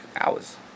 hours